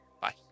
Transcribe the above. Bye